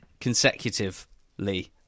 Consecutively